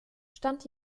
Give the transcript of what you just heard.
stand